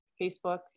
Facebook